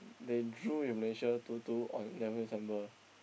they drew in Malaysia two two on eleven December